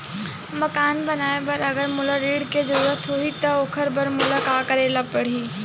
मकान बनाये बर अगर मोला ऋण के जरूरत होही त ओखर बर मोला का करे ल पड़हि?